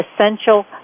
Essential